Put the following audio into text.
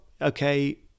okay